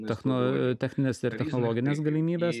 techninės ir technologinės galimybes